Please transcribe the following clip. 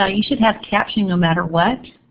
ah you should have captioning no matter what.